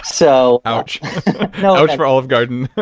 so ouch. you know ouch for olive garden.